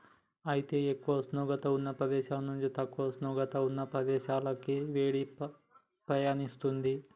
అయితే ఎక్కువ ఉష్ణోగ్రత ఉన్న ప్రదేశాల నుండి తక్కువ ఉష్ణోగ్రత ఉన్న ప్రదేశాలకి వేడి పయనిస్తుంది